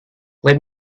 let